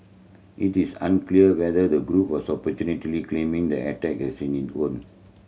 it is unclear whether the group was claiming the attack as own